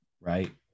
right